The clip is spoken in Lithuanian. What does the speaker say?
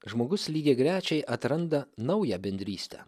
žmogus lygiagrečiai atranda naują bendrystę